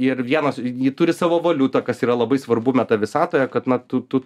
ir vienos ji turi savo valiutą kas yra labai svarbu meta visatoje kad na tu tu